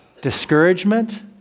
discouragement